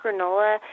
granola